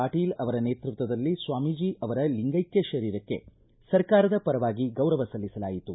ಪಾಟೀಲ ಅವರ ನೇತೃತ್ವದಲ್ಲಿ ಸ್ವಾಮೀಜಿ ಅವರ ಲಿಂಗೈಕ್ಯ ಶರೀರಕ್ಕೆ ಸರ್ಕಾರದ ಪರವಾಗಿ ಗೌರವ ಸಲ್ಲಿಸಲಾಯಿತು